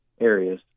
areas